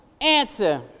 answer